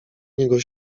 niego